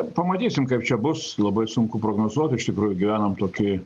pamatysim kaip čia bus labai sunku prognozuot iš tikrųjų gyvenam tokį